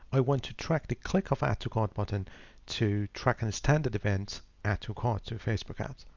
i want to track the click of add to cart button to track and standard events, add to cart or facebook ads.